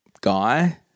guy